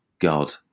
God